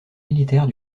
militaires